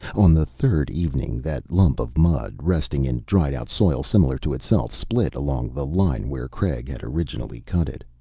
on the third evening, that lump of mud, resting in dried-out soil similar to itself, split along the line where craig had originally cut it.